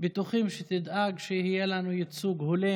בטוחים שתדאג שיהיה לנו ייצוג הולם